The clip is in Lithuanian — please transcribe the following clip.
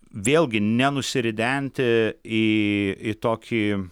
vėlgi nenusiridenti į tokį